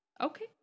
Okay